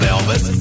Elvis